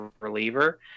reliever